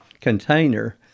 container